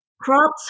Crops